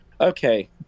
okay